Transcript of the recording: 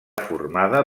formada